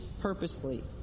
purposely